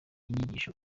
inyigisho